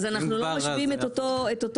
אז אנחנו לא משווים את אותו מוצר.